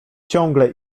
ciągle